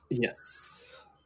Yes